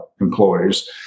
employees